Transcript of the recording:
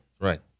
Right